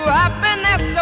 happiness